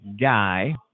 guy